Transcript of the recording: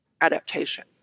adaptation